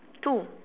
two